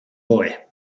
boy